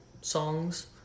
songs